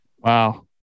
Wow